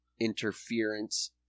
interference